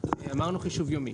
ואמרנו: חישוב יומי.